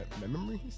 memories